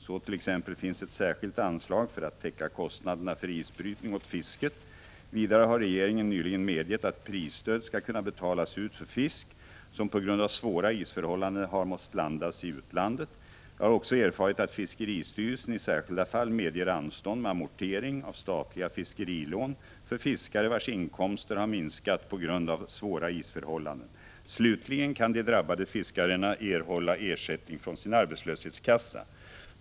Så t.ex. finns ett särskilt anslag för att täcka kostnaderna för isbrytning åt fisket. Vidare har regeringen nyligen medgett att prisstöd skall kunna betalas ut för fisk som på grund av svåra isförhållanden har måst landas i utlandet. Jag har också erfarit att fiskeristyrelsen i särskilda fall medger anstånd med amortering av statliga fiskerilån för fiskare vars inkomster har minskat på grund av svåra isförhållanden. Slutligen kan de drabbade fiskarena erhålla ersättning från sin arbetslöshetskassa.